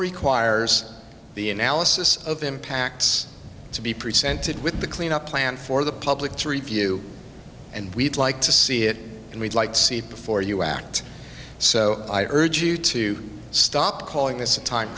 requires the analysis of impacts to be presented with a clean up plan for the public to review and we'd like to see it and we'd like to see it before you act so i urge you to stop calling this a time